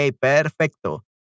perfecto